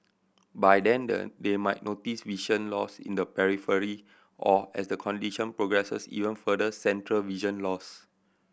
by then the they might notice vision loss in the periphery or as the condition progresses even further central vision loss